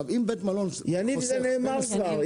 אם בית מלון --- יניב, זה נאמר כבר.